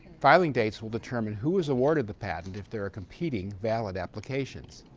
filing dates will determine who is awarded the patent if there are competing valid applications.